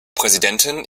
präsidentin